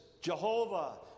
Jehovah